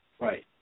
Right